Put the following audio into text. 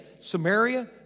Samaria